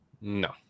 No